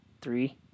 three